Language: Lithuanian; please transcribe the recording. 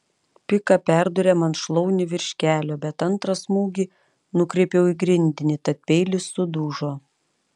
pika perdūrė man šlaunį virš kelio bet antrą smūgį nukreipiau į grindinį tad peilis sudužo